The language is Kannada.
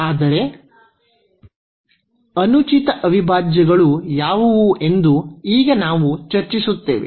ಆದರೆ ಅನುಚಿತ ಅವಿಭಾಜ್ಯಗಳು ಯಾವುವು ಎಂದು ಈಗ ನಾವು ಚರ್ಚಿಸುತ್ತೇವೆ